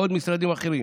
ועוד משרדים אחרים,